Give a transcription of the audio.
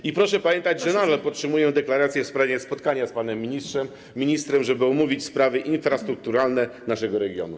I proszę pamiętać, że nadal podtrzymuję deklarację w sprawie spotkania z panem ministrem, żeby omówić sprawy infrastrukturalne naszego regionu.